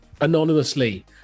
anonymously